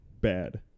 Bad